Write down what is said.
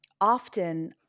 often